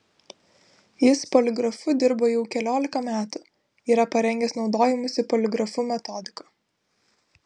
jis poligrafu dirba jau keliolika metų yra parengęs naudojimosi poligrafu metodiką